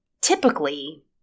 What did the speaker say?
typically